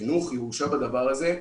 בחינוך יורשע בדבר הזה,